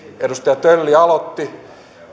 edustaja tölli aloitti